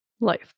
Life